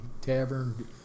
tavern